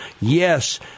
Yes